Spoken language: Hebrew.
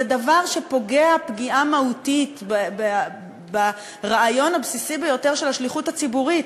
זה דבר שפוגע פגיעה מהותית ברעיון הבסיסי ביותר של השליחות הציבורית.